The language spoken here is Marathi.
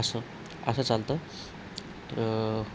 असं असं चालतं तर